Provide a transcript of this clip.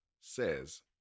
says